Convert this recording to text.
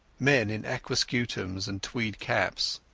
men in aquascutums and tweed caps.